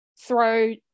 throw